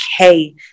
okay